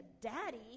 daddy